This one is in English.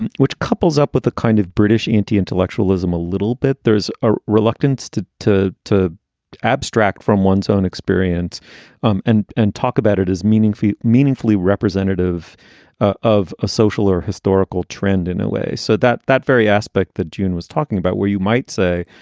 and which couples up with the kind of british anti-intellectual ism a little bit. there's a reluctance to to to abstract from one's own experience um and and talk about it as meaningfully, meaningfully representative of a social or historical trend in a way. so that that very aspect that john was talking about, where you might say,